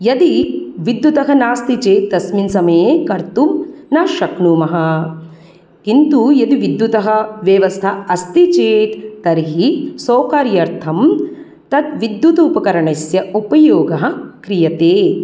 यदि विद्युतः नास्ति चेत् तस्मिन् समये कर्तुं न शक्नुमः किन्तु यदि विद्युतः व्यवस्था अस्ति चेत् तर्हि सौकर्यर्थं तत् विद्युत् उपकरणस्य उपयोगः क्रियते